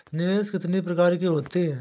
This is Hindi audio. निवेश कितनी प्रकार के होते हैं?